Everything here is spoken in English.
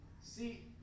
See